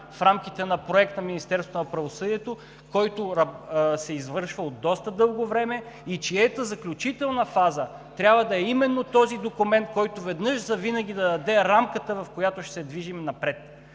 в рамките на проект на Министерството на правосъдието, който се извършва от доста дълго време и чиято заключителна фаза трябва да е именно този документ, който веднъж завинаги да даде рамката, в която ще се движим напред.